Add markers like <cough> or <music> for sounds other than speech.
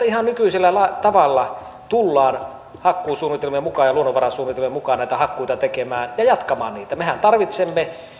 <unintelligible> ihan nykyisellä tavalla tullaan hakkuusuunnitelmien mukaan ja luonnonvarasuunnitelmien mukaan näitä hakkuita tekemään ja jatkamaan niitä mehän tarvitsemme